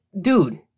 Dude